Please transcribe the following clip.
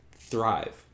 thrive